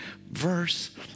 verse